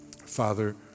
Father